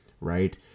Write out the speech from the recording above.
Right